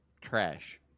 trash